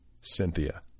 Cynthia